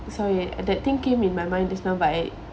sorry uh that thing came in my mind just now but I